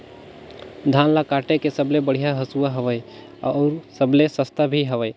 धान ल काटे के सबले बढ़िया हंसुवा हवये? अउ सबले सस्ता भी हवे?